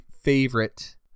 favorite